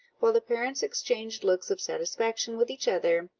while the parents exchanged looks of satisfaction with each other,